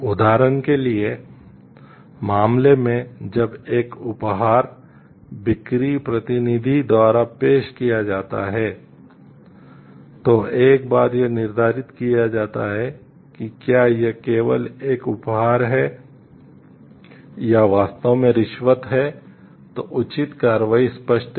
उदाहरण के लिए मामले में जब एक उपहार बिक्री प्रतिनिधि द्वारा पेश किया जाता है तो एक बार यह निर्धारित किया जाता है कि क्या यह केवल एक उपहार है या वास्तव में रिश्वत है तो उचित कार्रवाई स्पष्ट है